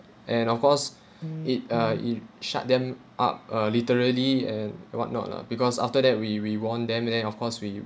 and of course it uh it shut them up uh literally and what not lah because after that we we won them and then of course we